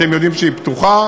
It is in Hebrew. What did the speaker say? ואתם יודעים שהיא פתוחה,